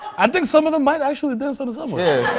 i think some of them might actually dance on the subway.